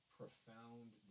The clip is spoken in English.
profound